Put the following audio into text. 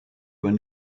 when